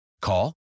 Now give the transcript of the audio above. Call